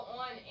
on